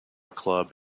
club